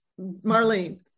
Marlene